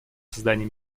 создании